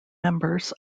members